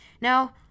Now